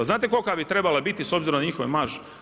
A znate kolika bi trebala biti s obzirom na njihove marže?